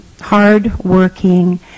hard-working